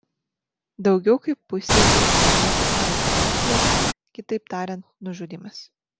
daugiau kaip pusei jų atliekama eutanazija kitaip tariant nužudymas